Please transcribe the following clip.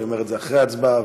אני אומר את זה אחרי ההצבעה,